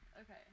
Okay